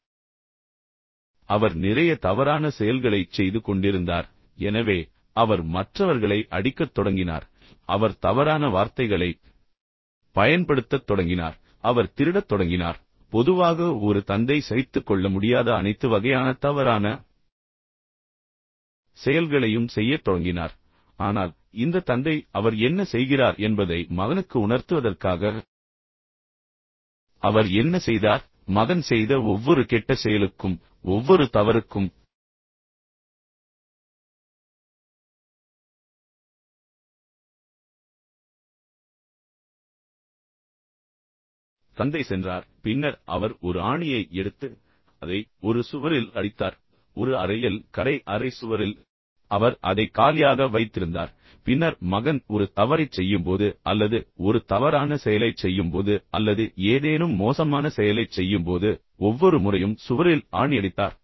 அவர் மிகவும் குறும்புத்தனமான பையன் அவர் குழந்தை பருவத்திலிருந்தே ஒரு கெட்ட பையன் என்று நீங்கள் கூறலாம் பின்னர் அவர் நிறைய தவறான செயல்களைச் செய்து கொண்டிருந்தார் எனவே அவர் மற்றவர்களை அடிக்கத் தொடங்கினார் அவர் தவறான வார்த்தைகளைப் பயன்படுத்தத் தொடங்கினார் அவர் திருடத் தொடங்கினார் பொதுவாக ஒரு தந்தை சகித்துக் கொள்ள முடியாத அனைத்து வகையான தவறான செயல்களையும் செய்யத் தொடங்கினார் ஆனால் இந்த தந்தை அவர் என்ன செய்கிறார் என்பதை மகனுக்கு உணர்த்துவதற்காக அவர் என்ன செய்தார் மகன் செய்த ஒவ்வொரு கெட்ட செயலுக்கும் ஒவ்வொரு தவறுக்கும் தந்தை சென்றார் பின்னர் அவர் ஒரு ஆணியை எடுத்து அதை ஒரு சுவரில் அடித்தார் ஒரு அறையில் கடை அறை சுவரில் அவர் அதை காலியாக வைத்திருந்தார் பின்னர் மகன் ஒரு தவறைச் செய்யும்போது அல்லது ஒரு தவறான செயலைச் செய்யும்போது அல்லது ஏதேனும் மோசமான செயலைச் செய்யும்போது ஒவ்வொரு முறையும் சுவரில் ஆணியடித்தார்